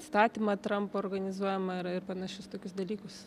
statymą trampo organizuojamą ir ir panašius tokius dalykus